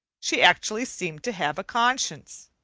she actually seemed to have a conscience.